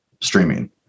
streaming